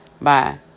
Bye